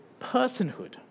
personhood